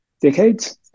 decades